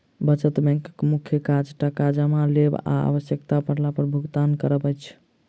बचत बैंकक मुख्य काज टाका जमा लेब आ आवश्यता पड़ला पर भुगतान करब अछि